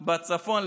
בצפון.